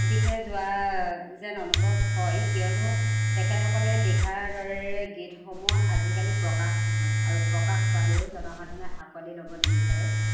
দিশে যোৱা যেন অনুভৱ হয় কিয়নো তেখেতসকলে লিখাৰ দৰে গীতসমূহ আজিকালি প্ৰকাশ নহয় আৰু প্ৰকাশ পালেও জনসাধাৰণে আঁকোৱালি ল'ব নিবিচাৰে